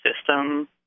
system